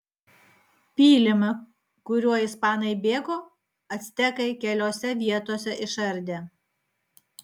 pylimą kuriuo ispanai bėgo actekai keliose vietose išardė